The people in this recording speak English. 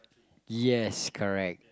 yes correct